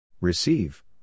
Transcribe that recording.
Receive